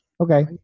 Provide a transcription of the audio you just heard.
Okay